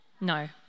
No